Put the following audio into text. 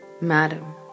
madam